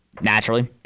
naturally